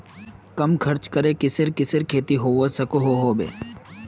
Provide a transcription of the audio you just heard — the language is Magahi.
कम खर्च करे किसेर किसेर खेती होबे सकोहो होबे?